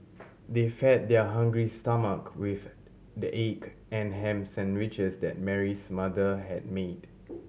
they fed their hungry stomach with the egg and ham sandwiches that Mary's mother had made